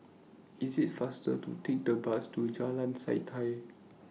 IT IS faster to Take The Bus to Jalan Setia